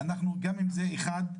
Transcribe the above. גם אם זה אחד,